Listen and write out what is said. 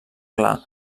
clar